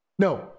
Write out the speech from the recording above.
No